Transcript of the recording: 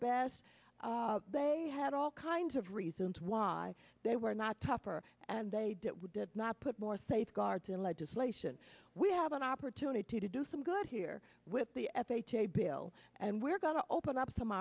best they had all kinds of reasons why they were not tougher and they did not put more safeguards in legislation we have an opportunity to do some good here with the f h a bill and we're going to open up some